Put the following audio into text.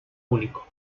único